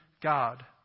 God